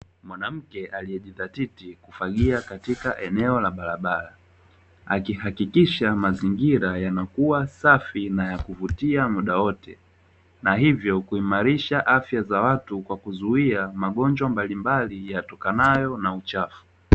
Mwanamke aliyejizatiti kufagia katika eneo la barabara, akihakikisha mazingira yanakuwa safi na ya kuvutia muda wote, na hivyo kuimarisha afya za watu kwa kuzuia magonjwa mbalimbali yatokanayo na uchafu.